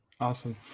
Awesome